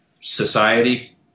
society